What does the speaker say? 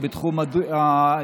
זה בתחום הדיור,